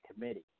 committee